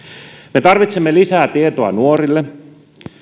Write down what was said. me tarvitsemme lisää tietoa nuorille